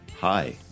Hi